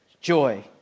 Joy